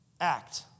act